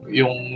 yung